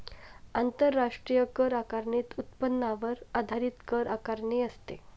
आंतरराष्ट्रीय कर आकारणीत उत्पन्नावर आधारित कर आकारणी असते